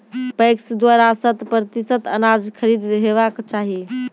PACS द्वारा शत प्रतिसत अनाज खरीद हेवाक चाही?